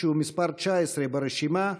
שהוא מס' 19 ברשימה,